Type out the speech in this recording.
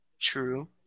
True